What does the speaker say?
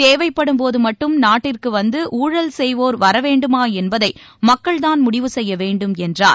தேவைப்படும் போது மட்டும் நாட்டிற்கு வந்து ஊழல் செய்வோர் வர வேண்டுமா என்பதை மக்கள்தான் முடிவு செய்ய வேண்டும் என்றார்